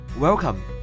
Welcome